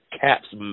Cap's